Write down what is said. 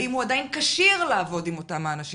האם הוא עדיין כשיר לעבוד עם אותם אנשים?